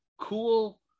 cool